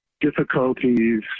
difficulties